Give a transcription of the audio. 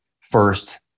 first